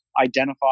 identify